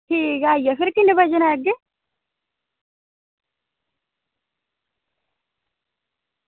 ठीक ऐ आई जाएओ फिर किन्ने बजे कन्नै आह्गे